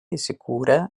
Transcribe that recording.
įsikūrę